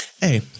Hey